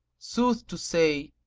sooth to say,